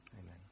Amen